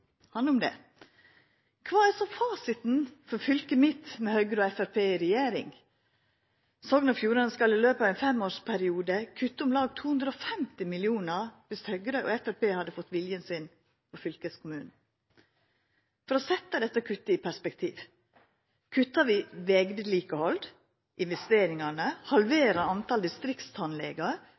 han om det. Kva er så fasiten for fylket mitt, med Høgre og Framstegspartiet i regjering? Sogn og Fjordane skal i løpet av ein femårsperiode kutta om lag 250 mill. kr dersom Høgre og Framstegspartiet hadde fått viljen sin i fylkeskommunen. For å setja dette kuttet i perspektiv: Kuttar vi i vegvedlikehaldsinvesteringane, halverer